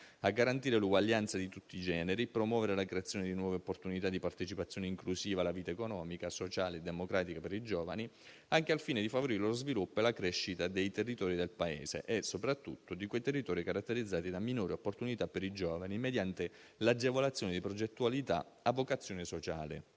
a garantire l'uguaglianza di tutti i generi; a promuovere la creazione di nuove opportunità di partecipazione inclusiva alla vita economica, sociale e democratica per i giovani, anche al fine di favorire lo sviluppo e la crescita dei territori del Paese e soprattutto di quei territori caratterizzati da minori opportunità per i giovani, mediante l'agevolazione di progettualità a vocazione sociale.